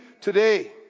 today